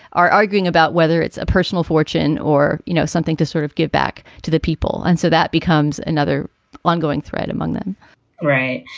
are arguing about whether it's a personal fortune or, you know, something to sort of give back to the people. and so that becomes another ongoing thread among them right.